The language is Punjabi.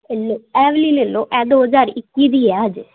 ਇਹ ਲਓ ਇਹ ਵਾਲੀ ਲੈ ਲਓ ਇਹ ਦੋ ਹਜ਼ਾਰ ਇੱਕੀ ਦੀ ਹੈ ਹਜੇ